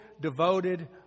devoted